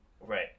Right